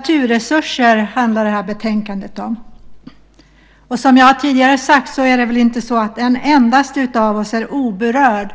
Fru talman! Detta betänkande handlar om naturresurser. Som jag tidigare sagt är väl inte en endaste av oss oberörd